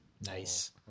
nice